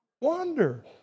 wander